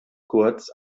kurz